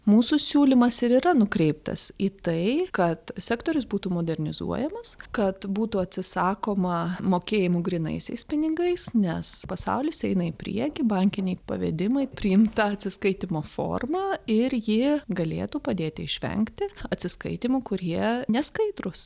mūsų siūlymas ir yra nukreiptas į tai kad sektorius būtų modernizuojamas kad būtų atsisakoma mokėjimų grynaisiais pinigais nes pasaulis eina į priekį bankiniai pavedimai priimta atsiskaitymo forma ir ji galėtų padėti išvengti atsiskaitymų kurie neskaidrūs